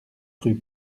rue